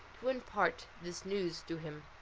to impart this news to him.